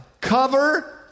cover